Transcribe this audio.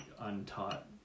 untaught